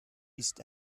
ist